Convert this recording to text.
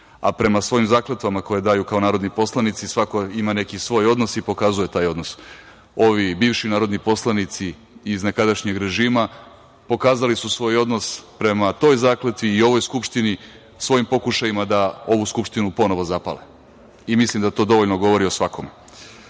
A prema svojim zakletvama koje daju kao narodni poslanici, svako ima neki svoj odnos i pokazuje taj odnos. Ovi bivši narodni poslanici iz nekadašnjeg režima, pokazali su svoj odnos prema toj zakletvi i ovoj Skupštini svojim pokušajima da ovu Skupštinu ponovo zapale. Mislim da to dovoljno govori o svakome. Sledeći